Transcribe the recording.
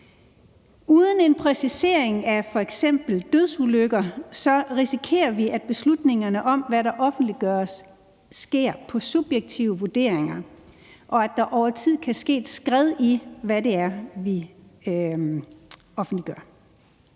Uden en præcisering af f.eks. dødsulykker risikerer vi, at beslutningerne om, hvad der offentliggøres, sker på baggrund af subjektive vurderinger, og at der over tid kan ske et skred i, hvad det er, vi offentliggør.